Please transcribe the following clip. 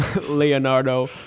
Leonardo